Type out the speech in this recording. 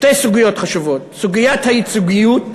שתי סוגיות חשובות: סוגיית הייצוגיות,